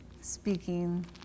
speaking